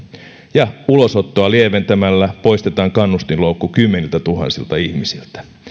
ja ulosottoa lieventämällä poistetaan kannustinloukku kymmeniltätuhansilta ihmisiltä